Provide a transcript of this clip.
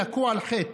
יקומו ויכו על חטא,